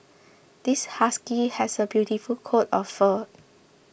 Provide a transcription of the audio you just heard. this husky has a beautiful coat of fur